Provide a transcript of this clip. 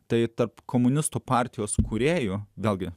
tai tarp komunistų partijos kūrėjų vėlgi